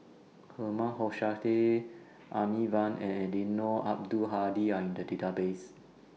Herman Hochstadt Amy Van and Eddino Abdul Hadi Are in The Database